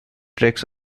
tricks